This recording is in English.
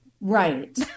Right